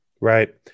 Right